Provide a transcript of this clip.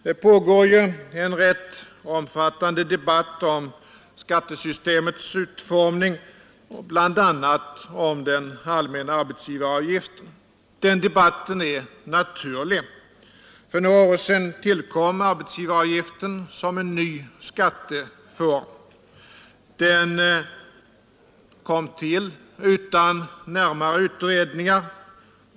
Det pågår ju en rätt omfattande debatt om skattesystemets utformning och bl.a. om den allmänna arbetsgivaravgiften. Den debatten är naturlig. För några år sedan tillkom arbetsgivaravgiften som en ny skatteform. Den kom till utan närmare utredningar.